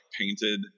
painted